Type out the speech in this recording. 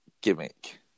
gimmick